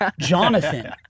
Jonathan